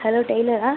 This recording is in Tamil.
ஹலோ டெய்லரா